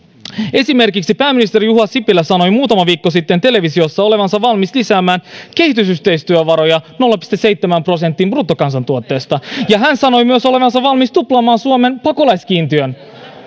esimerkiksi pääministeri juha sipilä sanoi muutama viikko sitten televisiossa olevansa valmis lisäämään kehitysyhteistyövaroja nolla pilkku seitsemään prosenttiin bruttokansantuotteesta ja hän sanoi myös olevansa valmis tuplaamaan suomen pakolaiskiin tiön